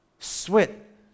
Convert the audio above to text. Sweat